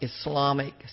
Islamic